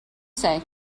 say